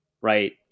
right